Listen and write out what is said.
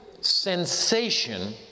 sensation